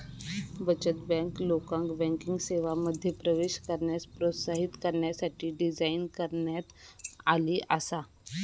बचत बँक, लोकांका बँकिंग सेवांमध्ये प्रवेश करण्यास प्रोत्साहित करण्यासाठी डिझाइन करण्यात आली आसा